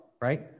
right